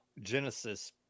Genesis